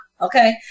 okay